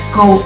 go